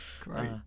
Great